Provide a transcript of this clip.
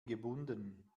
gebunden